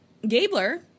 Gabler